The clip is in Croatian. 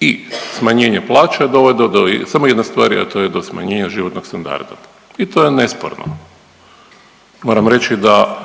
i smanjenje plaća dovodi do samo jedne stvari, a to je do smanjenja životnog standarda i to je nesporno. Moram reći da